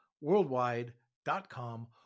worldwide.com